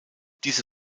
diese